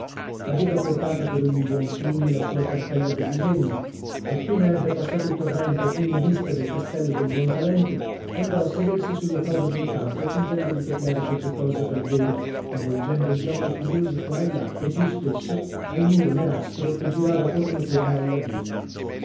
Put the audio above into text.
aveva portata per ogni buon fine la sua cartella da disegno appena ebbe passato il torrente e fu in vista del castello dei buontalenti andò a sedersi sulla proda d'un campo fingendo di copiare qualche cosa dal vero ma volgendo gli occhi curiosi qua e là e più spesso al muro nerastro che girava torno torno alla villa